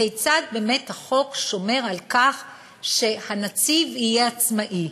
כיצד באמת החוק שומר על כך שהנציב יהיה עצמאי?